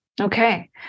Okay